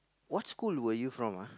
what school were you from ah